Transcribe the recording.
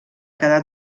quedar